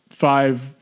Five